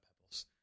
pebbles